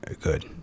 good